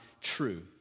true